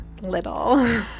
little